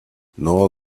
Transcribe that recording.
nor